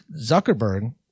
Zuckerberg